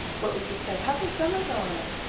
what would you say? how's your summer going?